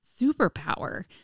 superpower